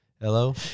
Hello